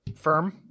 Firm